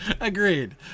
Agreed